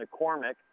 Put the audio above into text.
McCormick